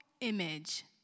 image